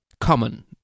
common